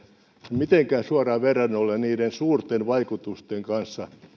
mitenkään suoraan verrannollinen niiden suurten vaikutusten kanssa